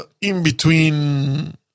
in-between